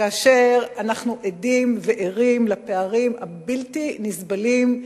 כאשר אנחנו עדים וערים לפערים הבלתי נסבלים,